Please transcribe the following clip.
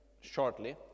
shortly